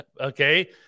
Okay